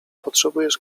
potrzebujesz